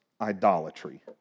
idolatry